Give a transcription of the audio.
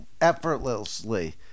effortlessly